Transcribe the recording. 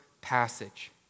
passage